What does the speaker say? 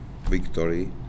victory